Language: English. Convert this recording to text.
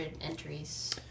entries